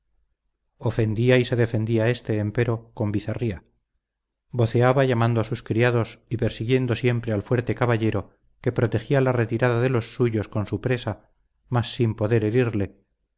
ofendía y se defendía éste empero con bizarría voceaba llamando a sus criados y persiguiendo siempre al fuerte caballero que protegía la retirada de los suyos con su presa mas sin poder herirle